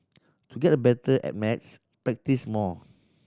to get better at maths practise more